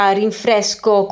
rinfresco